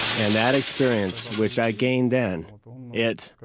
and that experience which i gained then it,